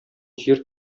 җир